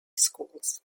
schools